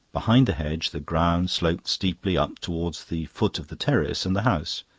behind the hedge the ground sloped steeply up towards the foot of the terrace and the house